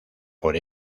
por